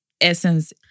essence